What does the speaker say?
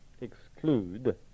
exclude